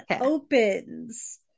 opens